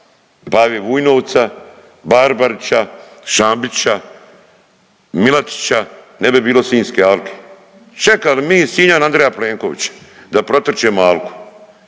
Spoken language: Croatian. Pavi Vujnovca, Barbarića, Šambića, Milatića ne bi bilo Sinjske alke. Čekali mi Sinjani Andreja Plenkovića da protrčimo Alku.